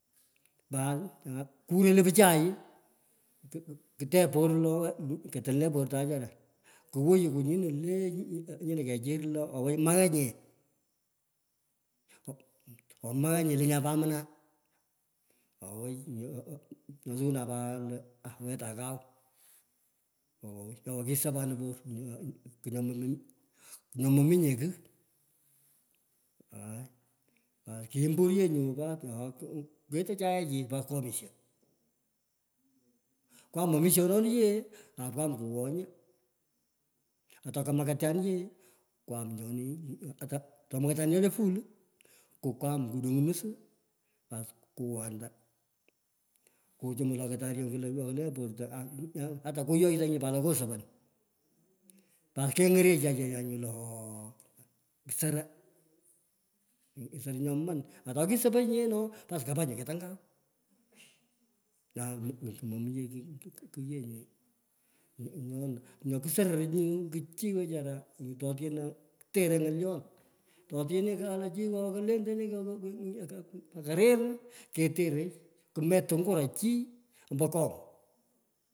Panui, korelu pichai, kutep poru lo, keto lone poro nya wechara. kuwoyokhu nyino le, nyino kechir lo owoi meghaa nye, oo maghaa nye le nya po amna, owoi nyo osiwon pat lo, aa, wetan kau owoi ewo kisop ani por kinyomom, kinyomomminye kigh aai. Kemburyo nyu pat, oo, wetei chaechi, kwaam omisho noni yee, akwaam kuwonyi ato ko makatyan yee kwaam nyoni, ata v to makatyan nyo le full kukwaam kudong nusu, baas kuwang’ta kuchumu loktarion kulo alene porto ata kuyorta nyi pat lo kosopon. Pat keng’erekyecha nyu lo oo, soro nyoman, ato kisoponyi yee noo bass kapa nyu ketany kau aaa mominye ki kigh ye nyu nyonu nyo ku soronyu ku chi wechara oto otino terei nyolyon oto otini kala chi oo kelentene makarir, keteroy, kumetungura chi ombo kong’u